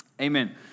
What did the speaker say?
Amen